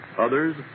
Others